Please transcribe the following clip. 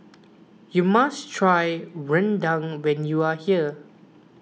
you must try Rendang when you are here